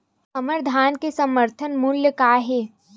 हमर धान के समर्थन मूल्य का हे?